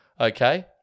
Okay